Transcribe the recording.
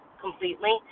completely